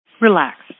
Relaxed